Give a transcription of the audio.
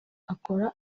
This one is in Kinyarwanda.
akora